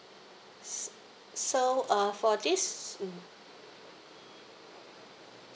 so uh for this mm